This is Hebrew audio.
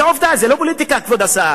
זה עובדה, זה לא פוליטיקה, כבוד השר.